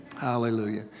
Hallelujah